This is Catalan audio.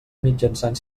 mitjançant